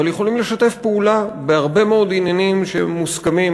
אבל יכולים לשתף פעולה בהרבה מאוד עניינים שהם מוסכמים.